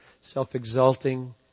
self-exalting